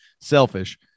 selfish